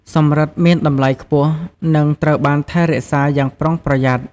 សំរឹទ្ធិមានតម្លៃខ្ពស់ និងត្រូវបានថែរក្សាយ៉ាងប្រុងប្រយ័ត្ន។